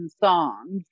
songs